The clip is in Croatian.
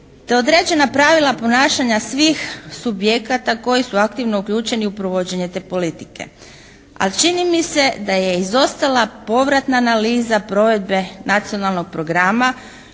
da određena pravila ponašanja svih subjekata koji su aktivno uključeni u provođenje te politike a čini mi se da je izostala povratna analiza provedbe nacionalnog programa